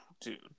Dude